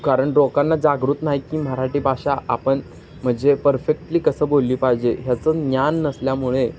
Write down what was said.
कारण लोकांना जागृती नाही की मराठी भाषा आपण म्हणजे परफेक्टली कसं बोलली पाहिजे ह्याचं ज्ञान नसल्यामुळे